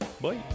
bye